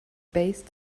based